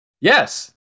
Yes